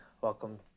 welcome